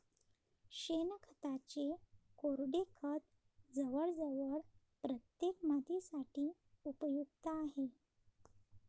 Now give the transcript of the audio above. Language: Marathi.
शेणखताचे कोरडे खत जवळजवळ प्रत्येक मातीसाठी उपयुक्त आहे